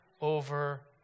over